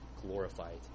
glorified